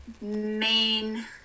main